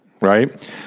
right